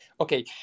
Okay